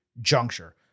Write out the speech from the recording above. juncture